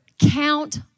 Count